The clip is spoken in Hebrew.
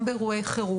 גם באירועי חירום.